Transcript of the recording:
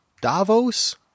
Davos